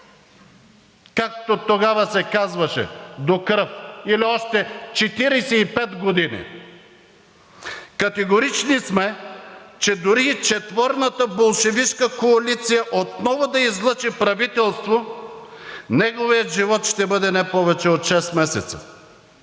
както тогава се казваше – до кръв, или още 45 години. Категорични сме, че дори и четворната болшевишка коалиция отново да излъчи правителство, неговият живот ще бъде не повече от шест месеца.